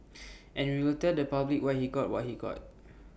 and we will tell the public why he got what he got